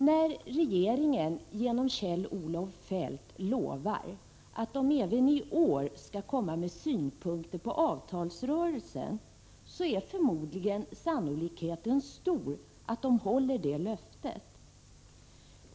När regeringen genom Kjell-Olof Feldt lovar att även i år komma med synpunkter på avtalsrörelsen är förmodligen sannolikheten stor att den håller det löftet.